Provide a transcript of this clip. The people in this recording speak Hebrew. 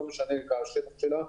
לא משנה מה השטח שלה,